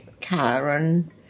karen